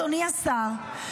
אדוני השר,